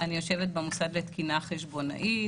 אני יושבת במוסד לתקינה חשבונאית,